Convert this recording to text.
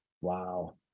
Wow